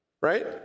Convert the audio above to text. Right